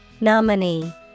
Nominee